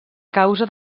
causa